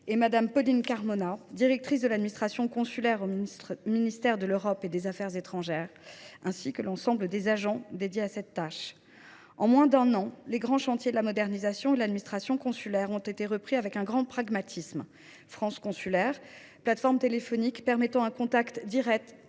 et de l’administration consulaire à l’administration centrale du ministère de l’Europe et des affaires étrangères, et l’ensemble des agents affectés à cette tâche. En moins d’un an, les grands chantiers de la modernisation de l’administration consulaire ont été repris avec un grand pragmatisme. Le service France Consulaire, plateforme téléphonique permettant un contact direct